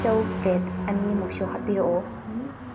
ꯆꯧ plate ꯑꯅꯤꯃꯨꯛꯁꯨ ꯍꯥꯞꯄꯤꯔꯛꯎ